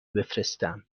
بفرستم